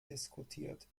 diskutiert